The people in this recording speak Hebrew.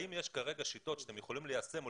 האם יש כרגע שיטות שאתם יכולים ליישם או